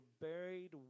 buried